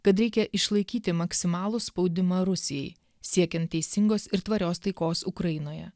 kad reikia išlaikyti maksimalų spaudimą rusijai siekiant teisingos ir tvarios taikos ukrainoje